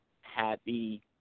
happy